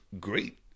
Great